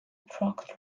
truck